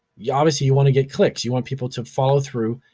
yeah obviously you wanna get clicks. you want people to follow through,